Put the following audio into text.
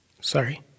sorry